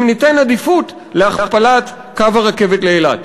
אם ניתן עדיפות להכפלת הכביש לאילת.